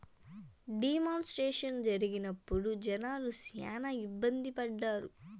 D మానిస్ట్రేషన్ జరిగినప్పుడు జనాలు శ్యానా ఇబ్బంది పడ్డారు